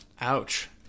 Ouch